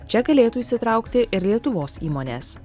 čia galėtų įsitraukti ir lietuvos įmonės